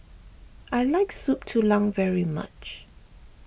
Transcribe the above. I like Soup Tulang very much